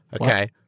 Okay